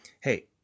hey